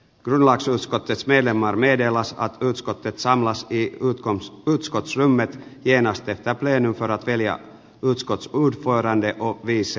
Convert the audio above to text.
grundlagsutskottets medlemmar meddelas att utskottet samlas i utskottsrummet genast efter plenum för att välja utskottsordförande och vice ordförande